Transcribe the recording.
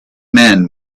men